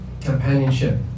Companionship